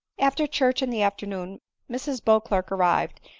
after church in the afternoon mrs beauclerc arrived,